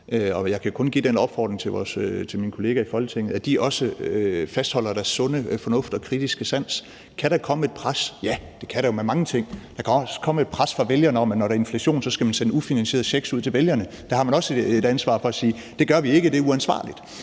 jeg kan kun komme med den opfordring til mine kollegaer i Folketinget, at de også fastholder deres sunde fornuft og kritiske sans. Kan der komme et pres? Ja, det kan der jo på mange områder. Der kan også komme et pres fra vælgerne om, at når der er inflation, skal man sende ufinansierede checks ud til vælgerne, og der har man også et ansvar for at sige: Det gør vi ikke, det er uansvarligt.